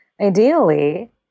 ideally